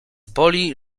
boli